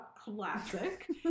classic